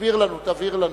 תסביר לנו, תבהיר לנו.